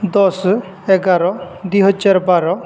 ଦଶ ଏଗାର ଦୁଇ ହଜାର ବାର